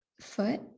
foot